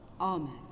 Amen